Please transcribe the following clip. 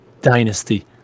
dynasty